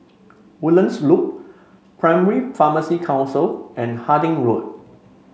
Woodlands Loop Pharmacy Council and Harding Road